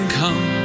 come